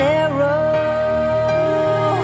arrow